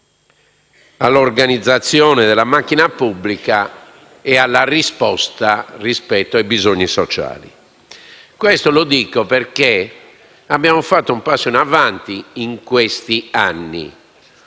all'organizzazione della macchina pubblica e alla risposta rispetto ai bisogni sociali. Dico questo perché abbiamo compiuto passi in avanti, in questi cinque